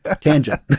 tangent